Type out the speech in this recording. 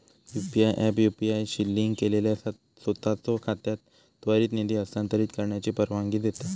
UPI app UPI शी link केलेल्या सोताचो खात्यात त्वरित निधी हस्तांतरित करण्याची परवानगी देता